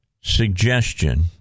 suggestion